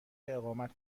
اقامت